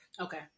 Okay